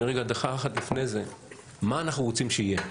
ועוד לפני זה מה אנחנו רוצים שיהיה,